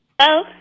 Hello